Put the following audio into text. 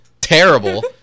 terrible